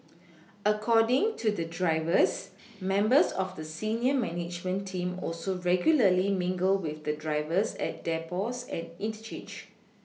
according to the drivers members of the senior management team also regularly mingle with the drivers at depots and interchanges